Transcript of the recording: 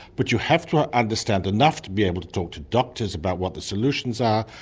but you have to ah understand enough to be able to talk to doctors about what the solutions are,